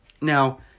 now